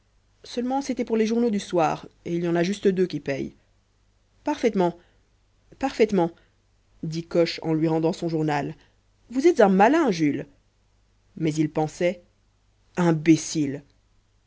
seulement c'était pour les journaux du soir et il y en a juste deux qui paient parfaitement parfaitement dit coche en lui rendant son journal vous êtes un malin jules mais il pensait imbécile